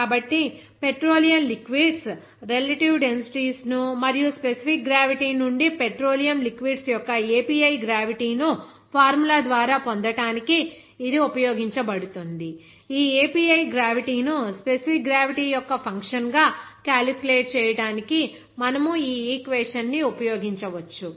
కాబట్టి petroleum liquids relative densities ను మరియు స్పెసిఫిక్ గ్రావిటీ నుండి పెట్రోలియం లిక్విడ్స్ యొక్క API గ్రావిటీ ను ఫార్ములా ద్వారా పొందటానికి ఇది ఉపయోగించబడుతుంది ఆ API గ్రావిటీ ను స్పెసిఫిక్ గ్రావిటీ యొక్క ఫంక్షన్ గా క్యాలిక్యులేట్ చేయడానికి మనము ఈ ఈక్వేషన్ ని ఉపయోగించవచ్చు